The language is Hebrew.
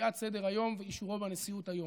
קביעת סדר-היום ואישורו בנשיאות היום.